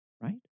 Right